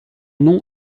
nom